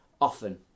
often